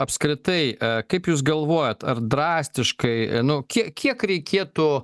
apskritai kaip jūs galvojat ar drastiškai nu kiek kiek reikėtų